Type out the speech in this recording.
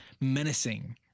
menacing